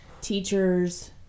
Teachers